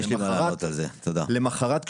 למוחרת,